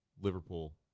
Liverpool